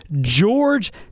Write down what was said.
George